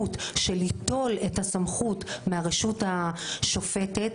של ליטול את הסמכות מהרשות השופטת,